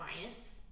clients